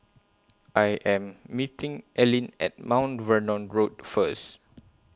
I Am meeting Ellyn At Mount Vernon Road First